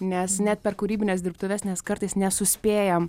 nes net per kūrybines dirbtuves nes kartais nesuspėjam